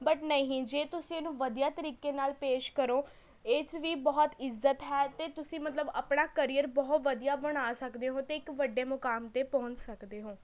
but ਨਹੀਂ ਜੇ ਤੁਸੀਂ ਇਹਨੂੰ ਵਧੀਆ ਤਰੀਕੇ ਨਾਲ ਪੇਸ਼ ਕਰੋ ਇਹ 'ਚ ਵੀ ਬਹੁਤ ਇੱਜ਼ਤ ਹੈ ਅਤੇ ਤੁਸੀਂ ਮਤਲਬ ਆਪਣਾ ਕਰੀਅਰ ਬਹੁਤ ਵਧੀਆ ਬਣਾ ਸਕਦੇ ਹੋ ਅਤੇ ਇੱਕ ਵੱਡੇ ਮੁਕਾਮ 'ਤੇ ਪਹੁੰਚ ਸਕਦੇ ਹੋ